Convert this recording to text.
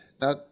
now